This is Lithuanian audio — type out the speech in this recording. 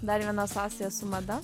dar viena sąsaja su mada